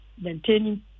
Maintaining